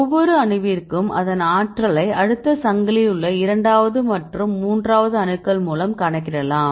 ஒவ்வொரு அணுவிற்கும் அதன் ஆற்றலை அடுத்த சங்கிலியில் உள்ள இரண்டாவது மற்றும் மூன்றாவது அணுக்கள் மூலம் கணக்கிடலாம்